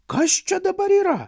kas čia dabar yra